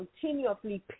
continuously